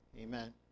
amen